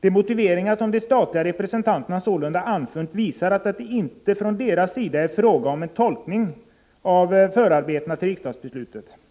”De motiveringar, som de statliga representanterna sålunda anfört, visar att det inte från deras sida är fråga om en tolkning av förarbetena till riksdagsbeslutet.